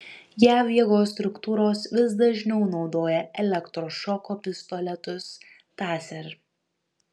jav jėgos struktūros vis dažniau naudoja elektrošoko pistoletus taser